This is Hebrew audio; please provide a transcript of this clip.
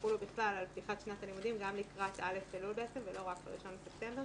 שיחולו בכלל על פתיחת שנת הלימודים גם לקראת א' אלול ולא רק 1 בספטמבר